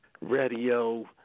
radio